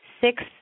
six